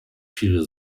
viel